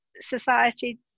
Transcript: society